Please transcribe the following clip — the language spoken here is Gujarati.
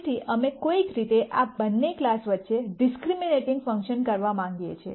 તેથી અમે કોઈક રીતે આ બંને ક્લાસ વચ્ચે ડિસ્ક્રિમનૈટિંગ ફંકશન કરવા માંગીએ છીએ